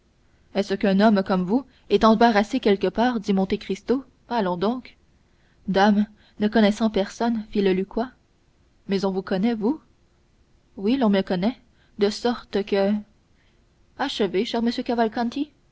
est-ce qu'un homme comme vous est embarrassé quelque part dit monte cristo allons donc dame ne connaissant personne fit le lucquois mais on vous connaît vous oui l'on me connaît de sorte que achevez cher monsieur cavalcanti